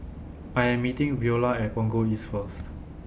I Am meeting Viola At Punggol East First